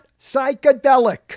psychedelic